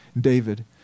David